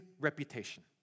reputation